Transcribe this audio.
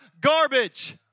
garbage